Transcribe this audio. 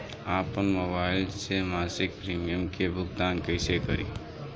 आपन मोबाइल से मसिक प्रिमियम के भुगतान कइसे करि?